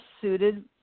suited